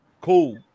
Cool